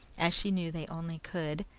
as she knew they only could,